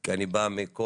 כי אני בא מכוח,